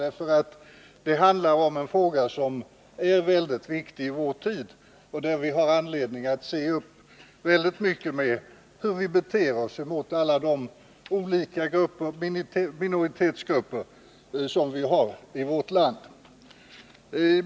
Det handlar nämligen om en fråga som är väldigt viktig i vår tid och där vi har anledning att se upp mycket noga med hur vi beter oss mot alla de minoritetsgrupper som vi har i vårt land.